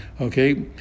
okay